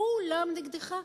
כולם נגדך?